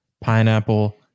pineapple